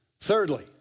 thirdly